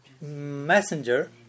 messenger